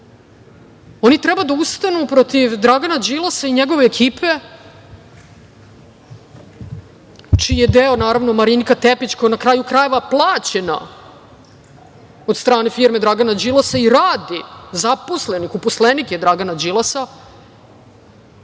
Oni treba da ustanu protiv Dragana Đilasa i njegove ekipe, čije je deo naravno, Marinika Tepić, koja je, na kraju krajeva plaćena od strane firme Dragana Đilasa i radi, zaposlenik je Dragana Đilasa.